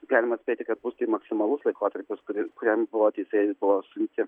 galima spėti kad bus tai maksimalus laikotarpis kuri kuriam buvo teisėjai buvo suimti